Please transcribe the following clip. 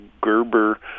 Gerber